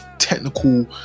Technical